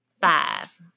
five